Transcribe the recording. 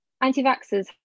anti-vaxxers